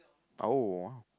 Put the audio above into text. oh